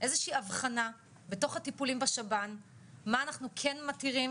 איזו שהיא הבחנה בתוך הטיפולים בשב"ן מה אנחנו מתירים